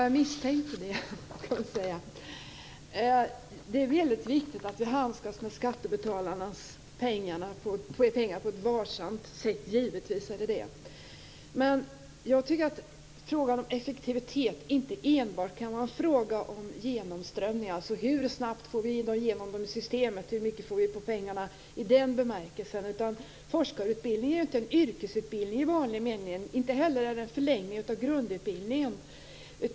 Fru talman! Jag misstänkte det. Det är givetvis väldigt viktigt att vi handskas med skattebetalarnas pengar på ett varsamt sätt. Men jag tycker att frågan om effektivitet inte enbart kan vara fråga om genomströmning, alltså hur snabbt vi får dem genom systemet, hur mycket vi får av pengarna i den bemärkelsen. Forskarutbildningen är ju inte en yrkesutbildning i vanlig mening, inte heller en förlängning av grundutbildningen.